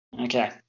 Okay